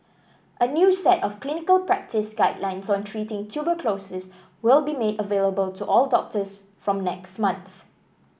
a new set of clinical practice guidelines on treating tuberculosis will be made available to all doctors from next month